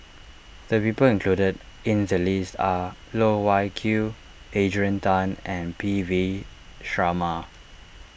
the people included in the list are Loh Wai Kiew Adrian Tan and P V Sharma